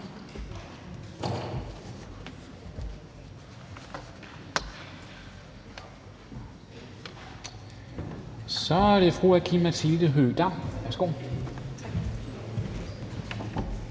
så er det fru Aki-Matilda Høegh-Dam. Værsgo.